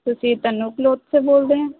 ਤੁਸੀਂ ਤਨੂੰ ਕਲੋਥਸ ਤੋਂ ਬੋਲਦੇ ਹੋ